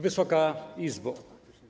Wysoka Izbo!